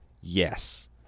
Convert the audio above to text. Yes